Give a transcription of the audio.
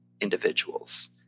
individuals